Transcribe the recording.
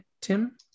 Tim